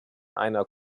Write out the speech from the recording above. einer